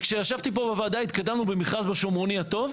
וכשישבתי פה בוועדה התקדמנו במכרז לשומרוני הטוב,